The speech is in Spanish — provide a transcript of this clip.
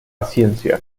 ciencia